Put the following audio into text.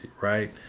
right